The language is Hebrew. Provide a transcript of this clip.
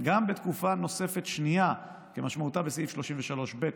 גם בתקופה נוספת, שנייה, כמשמעותה בסעיף 33(ב),